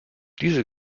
diese